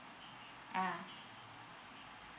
ah